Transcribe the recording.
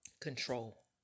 control